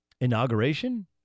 inauguration